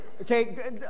Okay